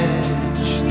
Edge